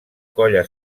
colla